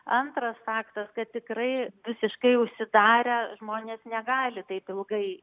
antras faktas kad tikrai visiškai užsidarę žmonės negali taip ilgai